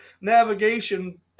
navigation